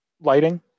lighting